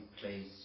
place